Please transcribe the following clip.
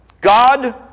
God